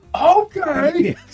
okay